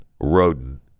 rodent